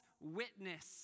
witness